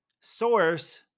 source